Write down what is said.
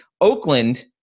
Oakland